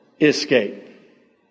escape